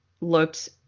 looked